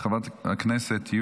חבר הכנסת צגה מלקו,